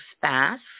fast